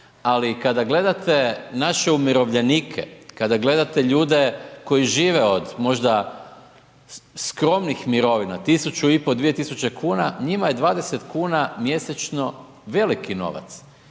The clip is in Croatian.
ali kada gledate naše umirovljenike, kada gledate ljude koji žive od možda skromnih mirovina, tisuću i pol, 2 tisuće kuna, njima je 20 kuna mjesečno veliki novac.